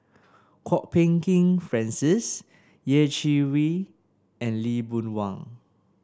Kwok Peng Kin Francis Yeh Chi Wei and Lee Boon Wang